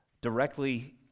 directly